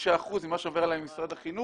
20%-25% ממה שעובר אליי ממשרד החינוך